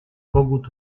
kogut